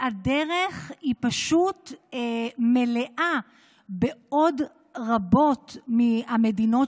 והדרך היא פשוט מלאה בעוד רבות מהמדינות